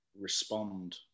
respond